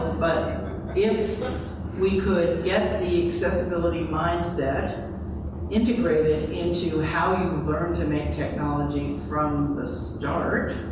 but if we could get the accessibility mindset integrated into how you learn to make technology from the start,